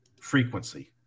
frequency